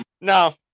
No